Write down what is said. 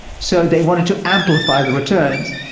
so they wanted to amplify the returns,